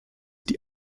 die